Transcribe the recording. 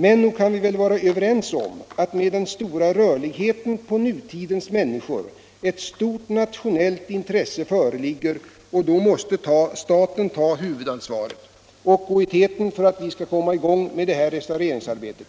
Men nog kan vi väl vara överens om att med nutidens människors stora rörlighet föreligger här ett nationellt intresse, och då måste staten ta huvudansvaret och gå i täten för att vi skall komma i gång med restaureringsarbetet.